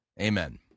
Amen